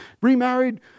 remarried